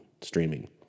streaming